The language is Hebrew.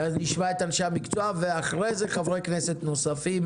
ואז נשמע את אנשי המקצוע ואחרי זה חברי כנסת נוספים,